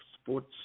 sports